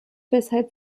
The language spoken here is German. weshalb